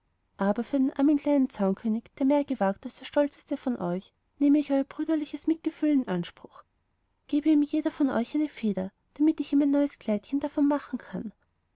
aber für den armen kleinen zaunkönig der mehr gewagt als der stolzeste von euch nehme ich euer brüderliches mitgefühl in anspruch gebe ihm jeder von euch eine feder damit ich ihm ein neues kleidchen davon machen kann